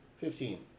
Fifteen